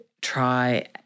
try